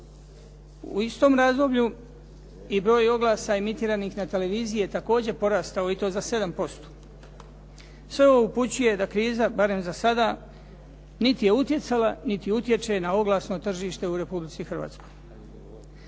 U istom razdoblju i broj oglasa emitiranih na televiziji je također porastao i to za 7%. Sve ovo upućuje da kriza barem za sada niti je utjecala, niti utječe na oglasno tržište u Republici Hrvatskoj.